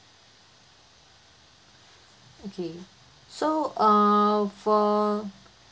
okay so uh for